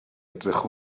edrych